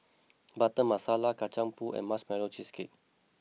Butter Masala Kacang Pool and Marshmallow Cheesecake